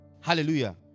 Hallelujah